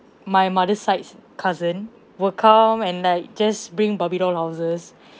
my mother's sides cousin will come and like just bring barbie doll houses